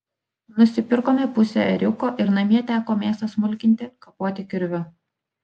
nusipirkome pusę ėriuko ir namie teko mėsą smulkinti kapoti kirviu